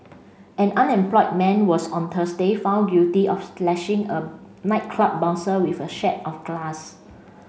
an unemployed man was on Thursday found guilty of slashing a nightclub bouncer with a of glass